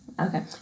Okay